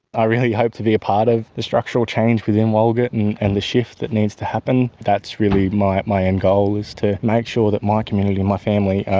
ah really hope to be a part of the structural change within walgett and and the shift that needs to happen. that's really my my end goal is to make sure that my community, my family,